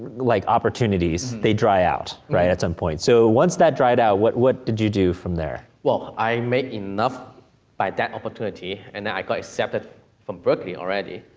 like, opportunities, they dry out, right, at some point. so, once that dried out, what what did you do from there? well, i made enough by that opportunity, and then i got accepted from berkeley already,